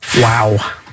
Wow